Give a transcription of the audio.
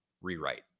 rewrite